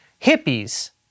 hippies